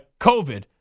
COVID